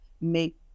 make